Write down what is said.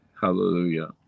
Hallelujah